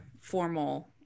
formal